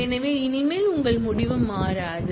எனவே இனிமேல் உங்கள் முடிவு மாறாது